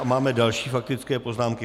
Máme další faktické poznámky.